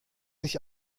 dich